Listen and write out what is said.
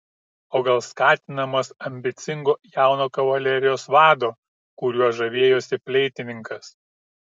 o gal skatinamas ambicingo jauno kavalerijos vado kuriuo žavėjosi fleitininkas